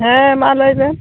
ᱦᱮᱸ ᱢᱟ ᱞᱟᱹᱭ ᱵᱮᱱ